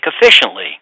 efficiently